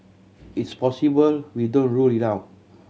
it's possible we don't rule it out